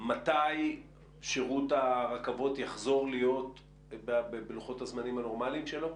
מתי שירות הרכבות יחזור להיות בלוחות הזמנים הנורמליים שלו?